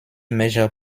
major